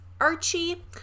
Archie